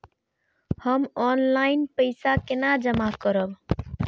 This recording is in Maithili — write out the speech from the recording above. हम ऑनलाइन पैसा केना जमा करब?